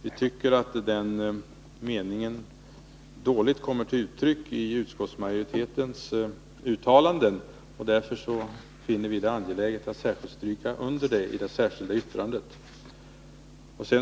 Vi tycker att den meningen dåligt kommer till uttryck i utskottsmajoritetens uttalanden, och därför finner vi det angeläget att särskilt understryka den i det särskilda yttrandet.